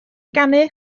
ganu